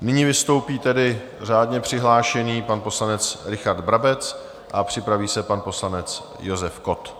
Nyní vystoupí tedy řádně přihlášený pan poslanec Richard Brabec a připraví se pan poslanec Josef Kott.